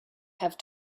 have